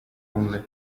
only